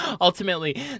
Ultimately